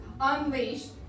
unleashed